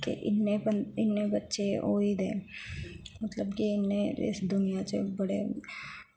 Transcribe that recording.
की इन्ने इन्ने बच्चे होई गेदे मतलब कि इन्ने इस दुनिया च बड़े